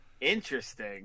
Interesting